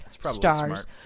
stars